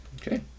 Okay